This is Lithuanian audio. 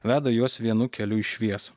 veda juos vienu keliu į šviesą